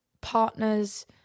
partners